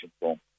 form